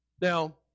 Now